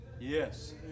Yes